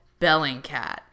Bellingcat